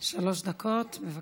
בר, שלוש דקות, בבקשה.